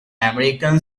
american